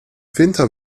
winter